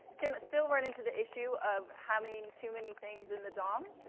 can still run into the issue of having too many things in the dom.